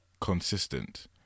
consistent